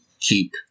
keep